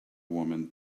woman